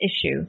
issue